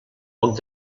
poc